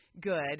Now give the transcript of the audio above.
Good